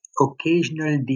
occasional